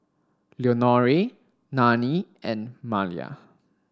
Leonore Nannie and Malia